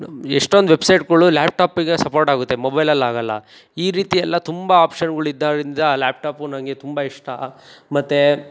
ಎಷ್ಟೊಂದು ವೆಬ್ಸೈಟ್ಗಳು ಲ್ಯಾಪ್ಟಾಪಿಗೆ ಸಪೋರ್ಟಾಗುತ್ತೆ ಮೊಬೈಲಲ್ಲಿ ಆಗೋಲ್ಲ ಈ ರೀತಿಯೆಲ್ಲ ತುಂಬ ಆಪ್ಷನ್ಗಳಿದ್ದಾವಿಂದ ಲ್ಯಾಪ್ ಟಾಪ್ ನಂಗೆ ತುಂಬ ಇಷ್ಟ ಮತ್ತೇ